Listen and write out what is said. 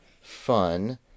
fun